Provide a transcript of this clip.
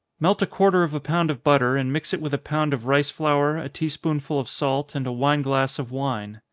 melt a quarter of a pound of butter, and mix it with a pound of rice flour, a tea-spoonful of salt, and a wine glass of wine.